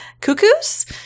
Cuckoos